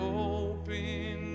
open